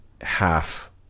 half